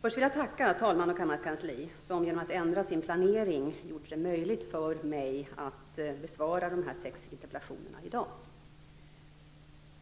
Först vill jag tacka talman och kammarkansli som, genom att ändra i sin planering, gjorde det möjligt för mig att besvara dessa sex interpellationer i dag.